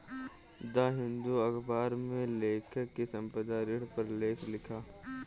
the Hindu अखबार में लेखक ने संबंद्ध ऋण पर लेख लिखा